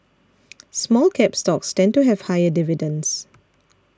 Small Cap stocks tend to have higher dividends